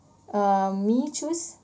uh me choose